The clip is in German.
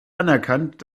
anerkannt